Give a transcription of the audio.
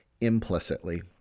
implicitly